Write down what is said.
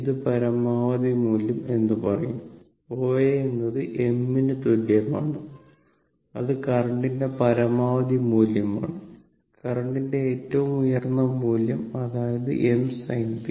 ഇത് പരമാവധി മൂല്യം എന്ന് പറയും O A എന്നത് m ന് തുല്യമാണ് അത് കറന്റിന്റെ പരമാവധി മൂല്യമാണ് കറന്റിന്റെ ഏറ്റവും ഉയർന്ന മൂല്യം അതായത് m sin θ